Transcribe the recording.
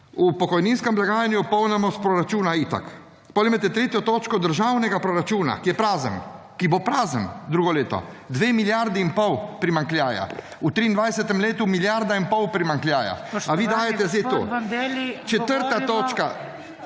V pokojninski blagajni polnimo iz proračuna itak. Potem imate tretjo točko državnega proračuna, ki je prazen, ki bo prazen drugo leto. Dve milijardi in pol primanjkljaja, v 2023 milijarda in pol primanjkljaja a vi dajte zdaj to.